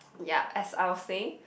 ya as I was saying